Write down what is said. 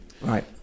right